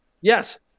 yes